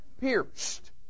pierced